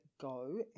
go